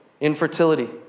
infertility